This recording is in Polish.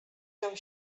się